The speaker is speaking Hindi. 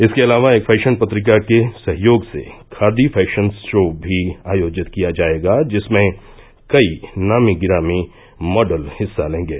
इसके अलावा एक फैशन पत्रिका के सहयोग से खादी फैशन शो भी आयोजित किया जायेगा जिसमें कई नामी गिरामी मॉडल हिस्सा लेंगे